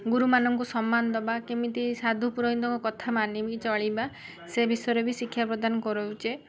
ଗୁରୁମାନଙ୍କୁ ସମ୍ମାନ ଦେବା କେମିତି ସାଧୁ ପୁରୋହିତଙ୍କ କଥା ମାନିକି ଚଳିବା ସେ ବିଷୟରେ ବି ଶିକ୍ଷାପ୍ରଦାନ କରାଉଛେ